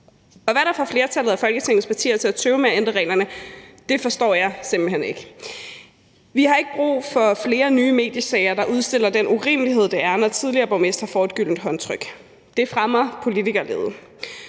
Hvad der får flertallet af Folketingets partier til at tøve med at ændre reglerne, forstår jeg simpelt hen ikke. Vi har ikke brug for flere nye mediesager, der udstiller den urimelighed, det er, når tidligere borgmestre får et gyldent håndtryk. Det fremmer politikerlede.